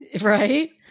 Right